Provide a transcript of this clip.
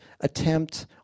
attempt